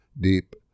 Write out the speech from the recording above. deep